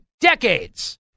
decades